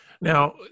Now